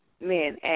men